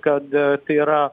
kad tai yra